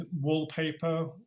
wallpaper